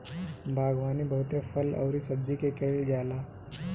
बागवानी बहुते फल अउरी सब्जी के कईल जाला